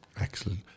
Excellent